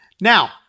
Now